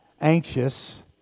anxious